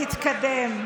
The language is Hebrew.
להתקדם.